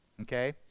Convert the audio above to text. okay